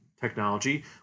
technology